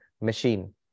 machine